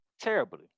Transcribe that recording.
terribly